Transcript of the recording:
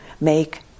make